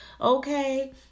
okay